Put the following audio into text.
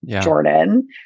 Jordan